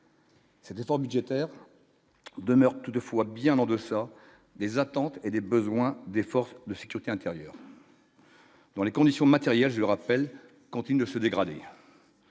Ces 2 temps budgétaire demeure toutefois bien en deçà des attentes et des besoins des forces de sécurité intérieure. Dans les conditions matérielles, je rappelle quand il ne se dégrader.